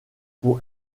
pour